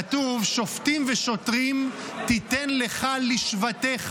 כתוב "שופטים ושוטרים תתן לך לשבטיך"